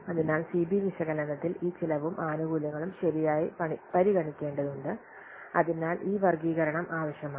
അതിനാൽ C B വിശകലനത്തിൽ ഈ ചെലവും ആനുകൂല്യങ്ങളും ശരിയായി പരിഗണിക്കേണ്ടതുണ്ട് അതിനാൽ ഈ വർഗ്ഗീകരണം ആവശ്യമാണ്